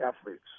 athletes